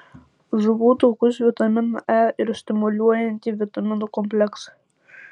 žuvų taukus vitaminą e ir stimuliuojantį vitaminų kompleksą